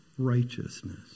righteousness